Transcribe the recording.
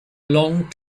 long